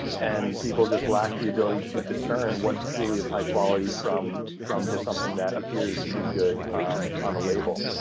and people just lack the ability to discern what truly is high quality from from just something that appears to be good on a label.